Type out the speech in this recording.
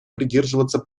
придерживаться